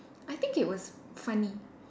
I think it was funny